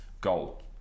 goal